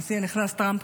לנשיא הנכנס טראמפ,